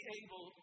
able